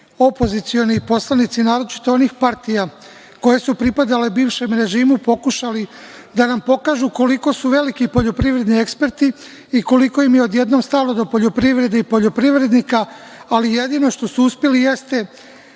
opozicioni poslanici, naročito onih partija koje su pripadale bivšem režimu, pokušali da nam pokažu koliko su veliki poljoprivredni eksperti i koliko im je odjednom stalo do poljoprivrede i poljoprivrednika, ali jedino što su uspeli jeste